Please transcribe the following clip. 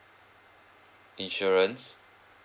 insurance